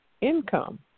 income